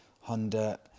Honda